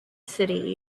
city